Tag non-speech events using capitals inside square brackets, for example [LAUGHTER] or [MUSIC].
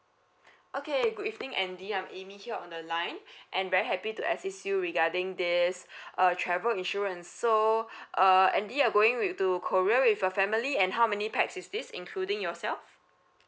okay good evening andy I'm amy here on the line and very happy to assist you regarding this [BREATH] uh travel insurance so uh andy you're going with to korea with your family and how many pax is this including yourself